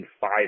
five